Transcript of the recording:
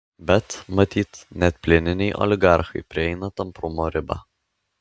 bet matyt net plieniniai oligarchai prieina tamprumo ribą